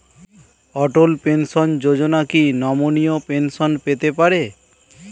অটল pension Yojana কি নমনীয় pension পেতে পারে?